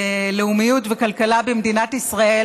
לאומיות וכלכלה במדינת ישראל,